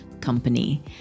company